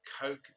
Coke